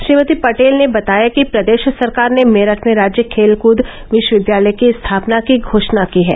श्रीमती पटेल ने बताया कि प्रदेश सरकार ने मेरठ में राज्य खेलकूद विश्वविद्यालय की स्थापना की घोषणा की है